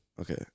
Okay